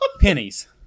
pennies